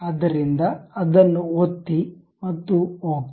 ಆದ್ದರಿಂದ ಅದನ್ನು ಒತ್ತಿ ಮತ್ತು ಓಕೆ